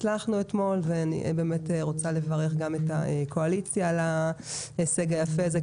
הצלחנו אתמול ואני באמת רוצה לברך גם את הקואליציה על ההישג היפה הזה.